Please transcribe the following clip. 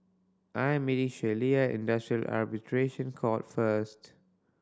I am meeting Sheilah Industrial Arbitration Court first